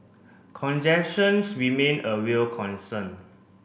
congestions remain a real concern